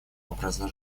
образа